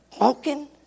walking